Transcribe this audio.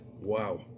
wow